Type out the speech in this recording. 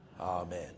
Amen